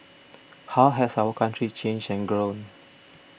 how has our country changed and grown